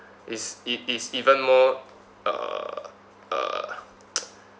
is it is even more uh uh